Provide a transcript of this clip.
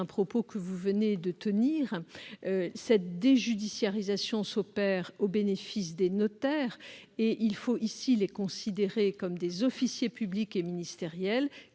de filiation. Par ailleurs, cette déjudiciarisation s'opère au bénéfice des notaires et il faut ici les considérer comme des officiers publics et ministériels,